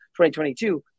2022